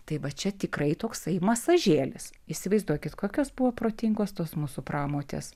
tai va čia tikrai toksai masažėlis įsivaizduokit kokios buvo protingos tos mūsų pramotės